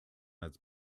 its